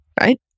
Right